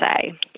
say